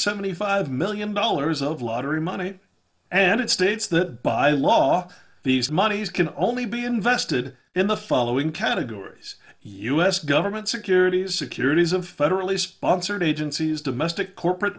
seventy five million dollars of lottery money and it states that by law these monies can only be invested in the following categories u s government securities securities of federally sponsored agencies domestic corporate